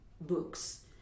books